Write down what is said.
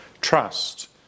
trust